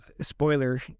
spoiler